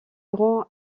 grands